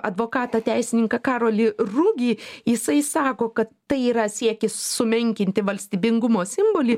advokatą teisininką karolį rugį jisai sako kad tai yra siekis sumenkinti valstybingumo simbolį